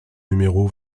numéro